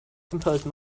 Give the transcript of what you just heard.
composed